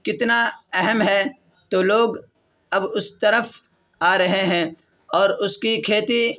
کتنا اہم ہے تو لوگ اب اس طرف آ رہے ہیں اور اس کی کھیتی